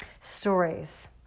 Stories